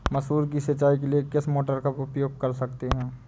मसूर की सिंचाई के लिए किस मोटर का उपयोग कर सकते हैं?